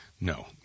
no